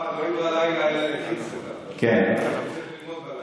דברי תורה, בלילה, הם צריכים ללמוד בלילה.